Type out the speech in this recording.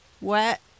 wet